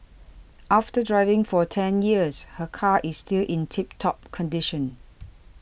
after driving for ten years her car is still in tip top condition